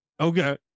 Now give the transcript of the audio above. Okay